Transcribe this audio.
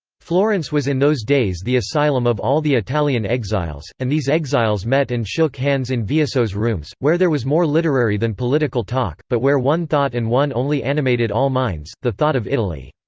florence was in those days the asylum of all the italian exiles, and these exiles met and shook hands in vieusseux's rooms, where there was more literary than political talk, but where one thought and one only animated all minds, the thought of italy.